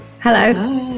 Hello